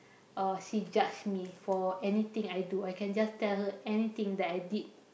or she judge me for anything I do I can just tell her anything that I did